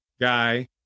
guy